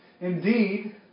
Indeed